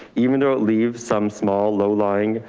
even though it leaves some small, low lying.